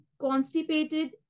constipated